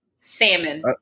Salmon